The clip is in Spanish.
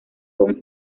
con